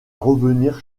revenir